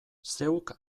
zeuk